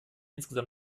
insgesamt